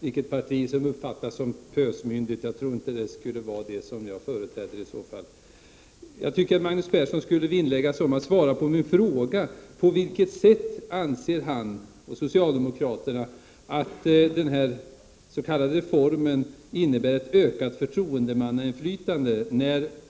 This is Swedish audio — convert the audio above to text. vilket parti som uppfattas som pösmyndigt. Jag tror inte att det är det parti som jag företräder. Magnus Persson borde vinnlägga sig om att svara på min fråga: På vilket sätt anser socialdemokraterna att den s.k. reformen innebär en ökning av förtroendemannainflytandet?